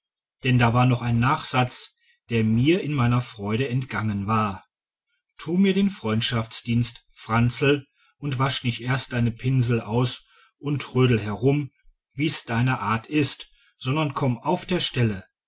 denn da war noch ein nachsatz der mir in meiner freude entgangen war tu mir den freundschaftsdienst franzl und wasch nicht erst deine pinsel aus und trödel herum wie's deine art ist sondern komm auf der stelle